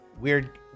Weird